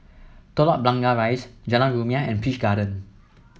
Telok Blangah Rise Jalan Rumia and Peach Garden